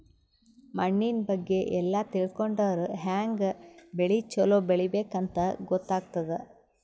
ಮಣ್ಣಿನ್ ಬಗ್ಗೆ ಎಲ್ಲ ತಿಳ್ಕೊಂಡರ್ ಹ್ಯಾಂಗ್ ಬೆಳಿ ಛಲೋ ಬೆಳಿಬೇಕ್ ಅಂತ್ ಗೊತ್ತಾಗ್ತದ್